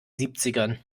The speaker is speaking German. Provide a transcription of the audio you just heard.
siebzigern